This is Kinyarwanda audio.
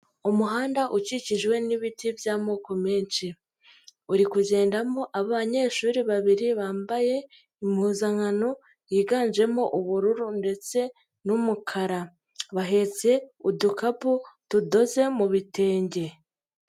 Umuhanda ukikijwe n'ibiti by'amoko menshi uri kugendamo abanyeshuri babiri bambaye impuzankano yiganjemo ubururu ndetse n'umukara, bahetse udukapu tudoze mu bitenge.